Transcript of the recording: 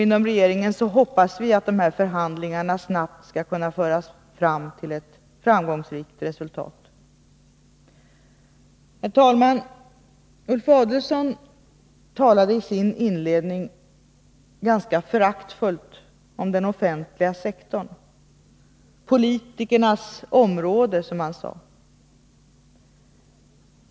Inom regeringen hoppas vi att dessa förhandlingar snabbt skall kunna leda till ett framgångsrikt resultat. Herr talman! Ulf Adelsohn talade i sitt inledande anförande ganska föraktfullt om den offentliga sektorn —” politikernas område”, som han sade.